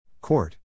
Court